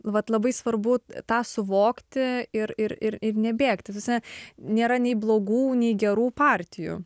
vat labai svarbu tą suvokti ir ir ir nebėgti ta prasme nėra nei blogų nei gerų partijų